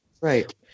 Right